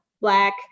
black